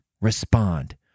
Respond